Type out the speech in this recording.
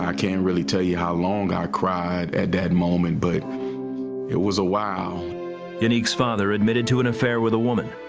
i can't really tell you how long i cried at that moment, but it was a while. reporter unique's father admitted to an affair with a woman,